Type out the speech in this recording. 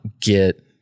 get